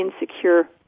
insecure